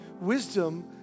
Wisdom